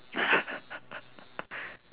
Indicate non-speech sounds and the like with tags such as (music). (laughs)